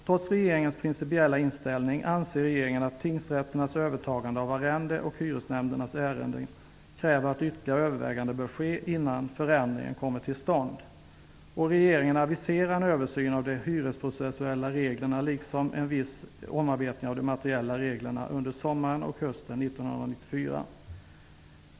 Trots regeringens principiella inställning anser regeringen att tingsrätternas övertagande av arrende och hyresnämndernas ärenden kräver att ytterligare överväganden sker innan förändringen kommer till stånd. Regeringen aviserar en översyn av de hyresprocessuella reglerna liksom en viss omarbetning av de materiella reglerna under sommaren och hösten 1994.